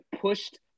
pushed